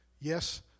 yes